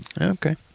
Okay